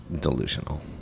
delusional